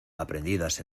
aprendidas